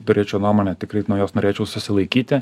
turėčiau nuomonę tikrai nuo jos norėčiau susilaikyti